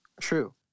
True